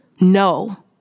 No